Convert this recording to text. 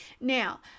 Now